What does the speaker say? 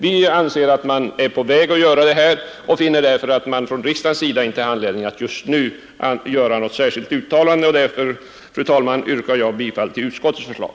Vi anser att åtgärder är på väg och att riksdagen inte har anledning att just nu göra något särskilt uttalande. Jag yrkar därför bifall till utskottets förslag.